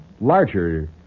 larger